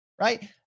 right